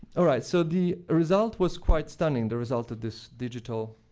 all right. so the result was quite stunning, the result of this digital.